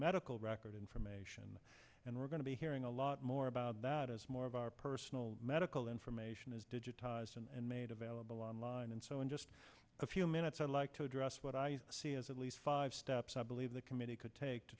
medical record information and we're going to be hearing a lot more about that as more of our personal medical information is digitized and made available online and so in just a few minutes i'd like to address what i see as at least five steps i believe the committee could take to